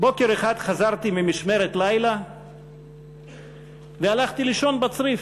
בוקר אחד חזרתי ממשמרת לילה והלכתי לישון בצריף,